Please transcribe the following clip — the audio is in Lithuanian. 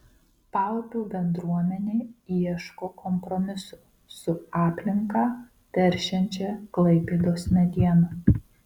paupių bendruomenė ieško kompromiso su aplinką teršiančia klaipėdos mediena